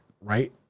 Right